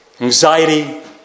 anxiety